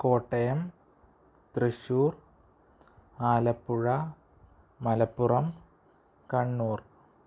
Kottayam Thrissur Alappuzha Malappuram Kannur